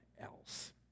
else